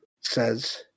says